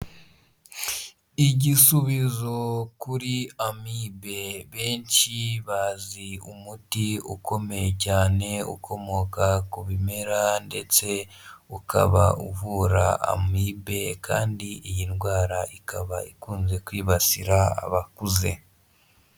Igisubizo kuri amibe. Benshi bazi umuti ukomeye cyane ukomoka ku bimera ndetse ukaba uvura amibe kandi iyi ndwara ikaba ikunze kwibasira abakuze.